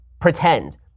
pretend